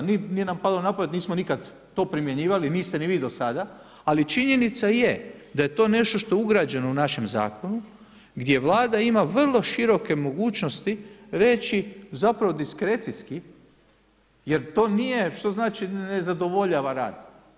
Nije nam palo na pamet, nismo nikad to primijenjivali, niste ni vi do sada, ali činjenica je da je to nešto je ugrađeno u našem zakonu gdje Vlada ima vrlo široke mogućnosti reći zapravo diskrecijski jer to nije, što znači ne zadovoljava rad?